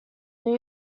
new